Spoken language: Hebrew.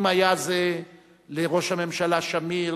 אם היה זה לראש הממשלה שמיר,